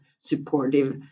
supportive